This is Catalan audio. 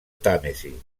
tàmesi